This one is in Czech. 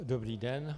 Dobrý den.